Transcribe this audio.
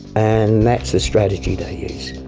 and that's the strategy they use.